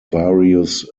various